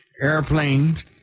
airplanes